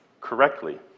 correctly